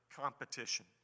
competition